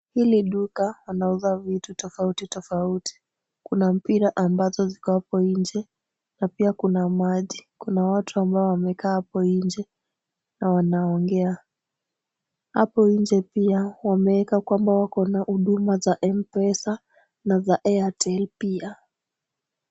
Hili duka wanauza vitu tofauti tofauti. Kuna mpira ambazo ziko hapo nje na pia kuna maji. Kuna watu ambao wamekaa hapo nje na wanaongea. Hapo nje pia wameeka kwamba wako na huduma za M-Pesa na za Airtel pia.